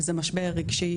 זה משבר רגשי,